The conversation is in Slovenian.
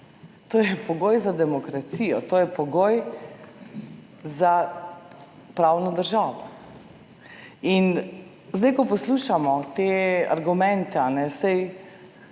To je pogoj za demokracijo. To je pogoj za pravno državo. In zdaj ko poslušamo te argumente,